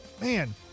man